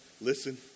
listen